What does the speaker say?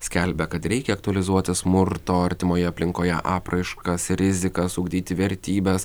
skelbia kad reikia aktualizuoti smurto artimoje aplinkoje apraiškas ir rizikas ugdyti vertybes